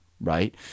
right